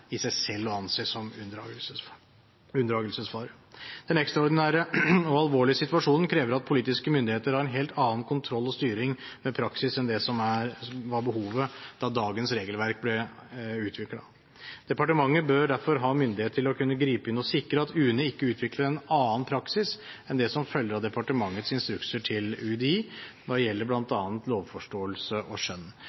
å anse som unndragelsesfare. Den ekstraordinære og alvorlige situasjonen krever at politiske myndigheter har en helt annen kontroll og styring med praksis enn det som var behovet da dagens regelverk ble utviklet. Departementet bør derfor ha myndighet til å kunne gripe inn og sikre at UNE ikke utvikler en annen praksis enn det som følger av departementets instrukser til UDI hva gjelder bl.a. lovforståelse og skjønn.